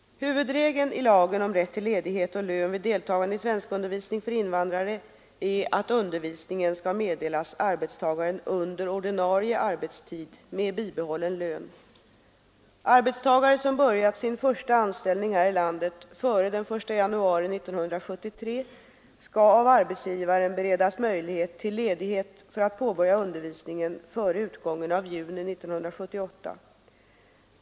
Huvudregeln i lagen om rätt till ledighet och lön vid deltagande i svenskundervisning för invandrare är att undervisningen skall meddelas arbetstagaren under ordinarie arbetstid med bibehållen lön. Arbetstagare, som börjat sin första anställning här i landet före den 1 januari 1973, skall av arbetsgivaren beredas möjlighet till ledighet för att påbörja undervisningen före utgången av juni 1978.